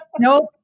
Nope